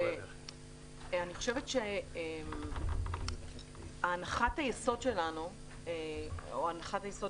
אני חושבת שהנחת היסוד שלנו או הנחת היסוד